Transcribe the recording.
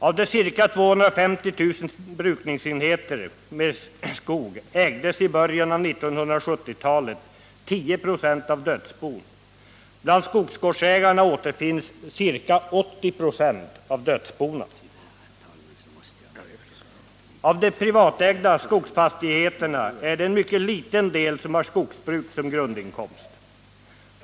Av de ca 250 000 brukningsenheterna med skog ägdes i början av 1970-talet 10 96 av dödsbon. Bland skogsgårdsägarna återfinns ca 80 96 av dödsbona. Av de privatägda skogsfastigheterna är det en mycket liten del som har skogsbruk som grundinkomst.